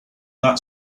that